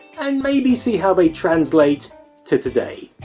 and maybe see how they translate to today.